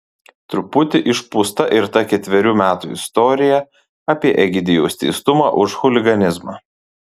truputį išpūsta ir ta ketverių metų istorija apie egidijaus teistumą už chuliganizmą